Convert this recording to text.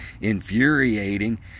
infuriating